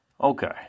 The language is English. okay